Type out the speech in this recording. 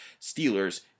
Steelers